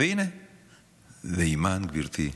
והינה אימאן, גברתי,